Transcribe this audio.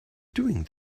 doing